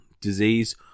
disease